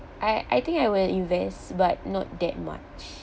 I I think I will invest but not that much